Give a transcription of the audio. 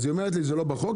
אז היא אומרת שזה לא בחוק,